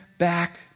back